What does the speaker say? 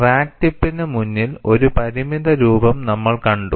crack ടിപ്പിന് മുന്നിൽ ഒരു പരിമിത രൂപം നമ്മൾ കണ്ടു